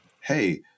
Hey